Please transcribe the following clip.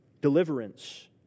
deliverance